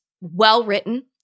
well-written